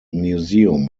museum